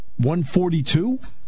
142